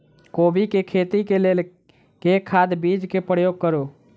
कोबी केँ खेती केँ लेल केँ खाद, बीज केँ प्रयोग करू?